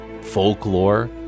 folklore